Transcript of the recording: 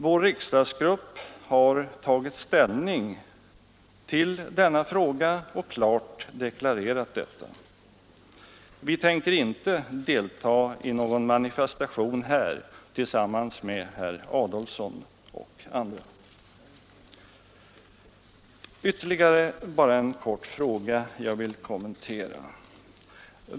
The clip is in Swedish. Vår riksdagsgrupp har tagit ställning till denna fråga och klart deklarerat sin uppfattning. Vi tänker inte delta i någon manifestation här tillsammans med herr Adolfsson och andra. Ytterligare en fråga som jag kort vill kommentera.